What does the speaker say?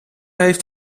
heeft